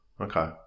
Okay